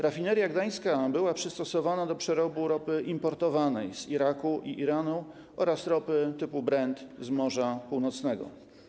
Rafineria Gdańska była przystosowana do przerobu ropy importowanej z Iraku i Iranu oraz ropy typu Brent z Morza Północnego.